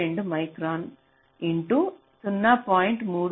32 micron into 0